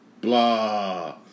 blah